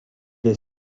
est